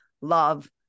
love